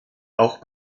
auch